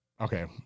Okay